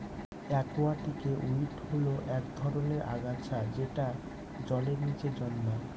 একুয়াটিকে উইড হল এক ধরনের আগাছা যেটা জলের নীচে জন্মায়